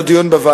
(תשלום לבן-זוג של פדוי שבי שהוכר לאחר פטירתו),